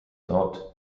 dort